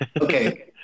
Okay